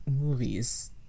movies